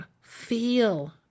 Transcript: feel